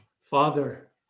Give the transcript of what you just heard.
Father